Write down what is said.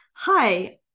Hi